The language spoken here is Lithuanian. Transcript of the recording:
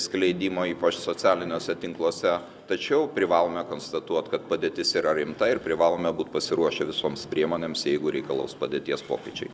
skleidimo ypač socialiniuose tinkluose tačiau privalome konstatuot kad padėtis yra rimta ir privalome būt pasiruošę visoms priemonėms jeigu reikalaus padėties pokyčiai